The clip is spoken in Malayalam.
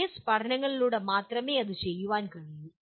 കേസ് പഠനങ്ങളിലൂടെ മാത്രമേ അതും ചെയ്യാൻ കഴിയൂ